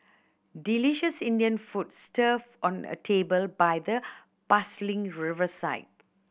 delicious Indian food on a table by the bustling riverside